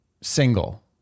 single